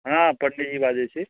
हँ पण्डिजी बाजै छी